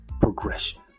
progression